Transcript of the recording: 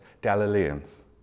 Galileans